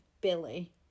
billy